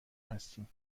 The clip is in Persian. هستیم